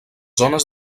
zones